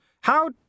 How